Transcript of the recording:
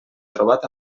trobat